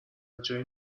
جایی